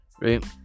right